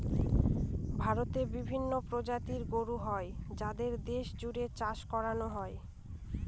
ভারতে বিভিন্ন প্রজাতির গরু হয় যাদের দেশ জুড়ে চাষ করানো হয়